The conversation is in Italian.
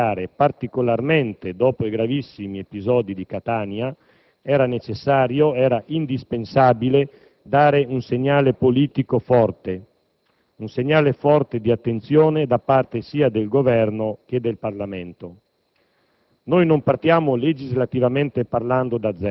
Peraltro, nella grave situazione venutasi a creare particolarmente dopo i gravissimi episodi di Catania, era necessario e indispensabile dare un segnale politico forte di attenzione, che da parte del Governo, sia del Parlamento.